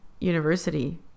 university